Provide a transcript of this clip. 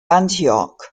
antioch